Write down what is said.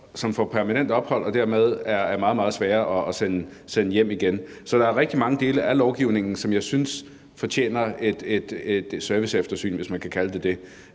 som får permanent ophold, og som dermed er meget, meget svære at sende hjem igen. Så der er rigtig mange dele af den lovgivning, som jeg synes fortjener et serviceeftersyn – hvis man kan kalde det det.